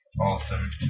Awesome